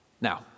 Now